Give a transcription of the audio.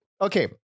Okay